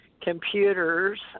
computers